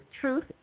truth